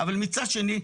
אבל מצד שני,